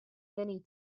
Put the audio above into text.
many